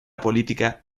política